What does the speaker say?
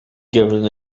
given